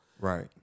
Right